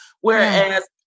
whereas